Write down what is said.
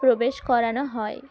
প্রবেশ করানো হয়